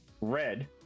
Red